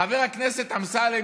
חבר הכנסת אמסלם,